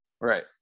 right